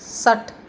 षट्